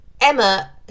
emma